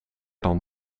dan